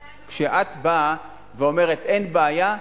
שנתיים, כשאת באה ואומרת: אין בעיה,